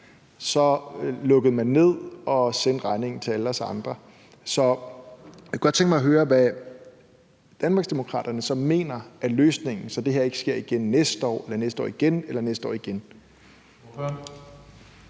så lukkede man ned og sendte regningen til alle os andre. Så jeg kunne godt tænke mig at høre, hvad Danmarksdemokraterne så mener er løsningen, så det her ikke sker igen næste år eller næste år igen eller næste år igen.